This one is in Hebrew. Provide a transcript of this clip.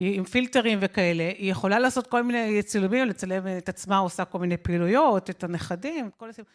עם פילטרים וכאלה, היא יכולה לעשות כל מיני צילומים, לצלם את עצמה, עושה כל מיני פעילויות, את הנכדים, כל הסיבוב.